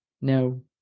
No